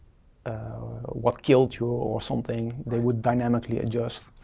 ah what killed you or something, they would dynamically adjust.